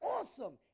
Awesome